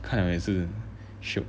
看了还是 shiok